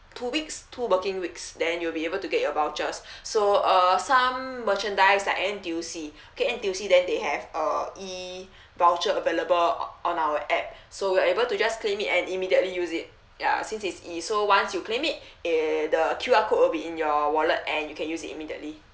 two weeks two working weeks then you'll be able to get your vouchers so uh some merchandise like N_T_U_C okay N_T_U_C they have uh e voucher available on our app so you are able to just claim it and immediately use it ya since it's E so once you claim it eh the Q_R code will be in your wallet and you can use it immediately